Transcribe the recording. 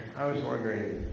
i was wondering,